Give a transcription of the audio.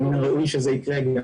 ומן הראוי שזה יקרה.